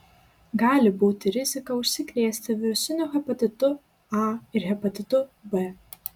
gali būti rizika užsikrėsti virusiniu hepatitu a ir hepatitu b